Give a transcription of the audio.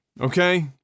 Okay